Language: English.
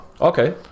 Okay